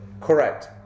Correct